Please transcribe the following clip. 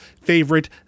favorite